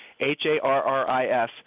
H-A-R-R-I-S